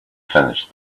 finished